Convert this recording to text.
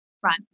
front